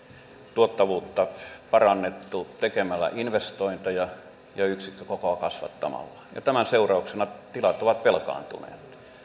parannettu tekemällä investointeja ja yksikkökokoa kasvattamalla ja tämän seurauksena tilat ovat velkaantuneet